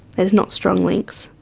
there's not strong links.